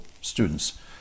students